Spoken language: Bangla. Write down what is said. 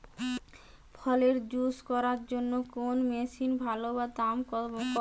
ফলের জুস করার জন্য কোন মেশিন ভালো ও দাম কম?